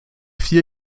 vier